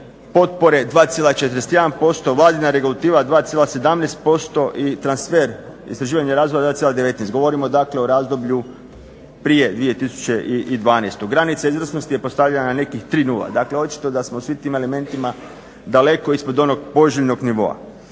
potpore 2,41%, vladina regulativa 2,17% i transfer istraživanja i razvoja 2,19. Govorimo dakle o razdoblju prije 2012. Granica izvrsnosti je postavljena na nekih 3,0 dakle očito da smo u svim tim elementima daleko ispod onog poželjnog nivoa.